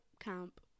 Camp